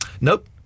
Nope